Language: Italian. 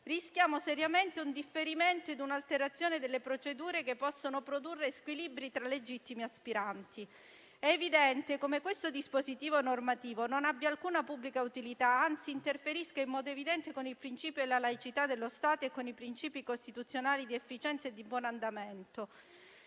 rischiamo seriamente un differimento e un'alterazione delle procedure che possono produrre squilibri tra legittimi aspiranti. È evidente come questo dispositivo normativo non abbia alcuna pubblica utilità, ma anzi interferisca in modo evidente con il principio di laicità dello Stato e i principi costituzionali di efficienza e buon andamento.